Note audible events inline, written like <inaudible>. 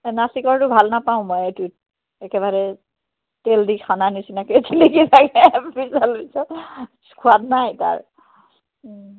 এ নাচিকৰটো মই ভাল নাপাওঁ এইটো একেবাৰে তেল দি সনা নিচিনাকৈ <unintelligible> সোৱাদ নাই তাৰ